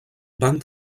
van